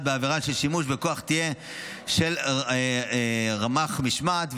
בעבירה של שימוש בכוח תהיה של רמ"ח משמעת,